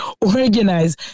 Organize